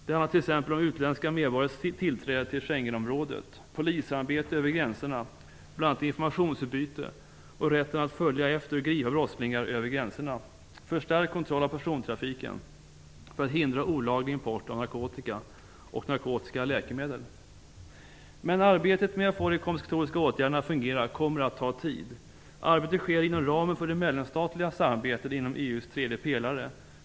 Det handlar t.ex. om utländska medborgares tillträde till Schengenområdet och om polissamarbete över gränserna, t.ex. informationsutbyte, rätten att följa efter och gripa brottslingar över gränserna och förstärkt kontroll av persontrafiken för att hindra olaglig import av narkotika och narkotiska läkemedel. Men arbetet med att få de kompensatoriska åtgärderna att fungera kommer att ta tid. Arbetet sker inom ramen för det mellanstatliga samarbetet inom EU:s tredje pelare.